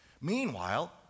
Meanwhile